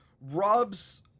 rubs